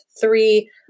three